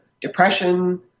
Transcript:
Depression